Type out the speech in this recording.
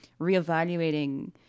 reevaluating